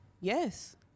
Yes